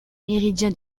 méridien